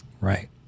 Right